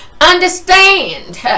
understand